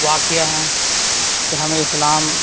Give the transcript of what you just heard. واقعہ ہیں کہ ہمیں اسلام